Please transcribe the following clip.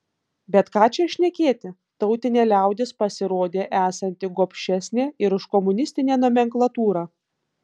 bet ką čia šnekėti tautinė liaudis pasirodė esanti gobšesnė ir už komunistinę nomenklatūrą